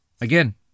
Again